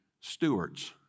stewards